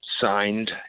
signed